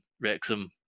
Wrexham